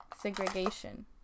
segregation